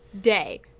day